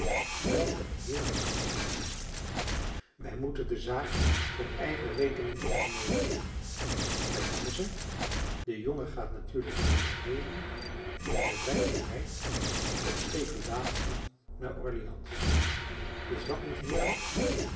welk een heerlijk kansje wij moeten de zaak voor eigen rekening ondernemen wij vangen ze de jongen gaat natuurlijk naar mijnheer haley en wij brengen de meid op speculatie naar orleans is dat niet heerlijk